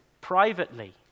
privately